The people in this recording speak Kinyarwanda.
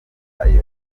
ayo